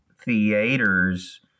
theaters